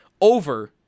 over